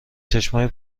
چشمای